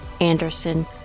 Anderson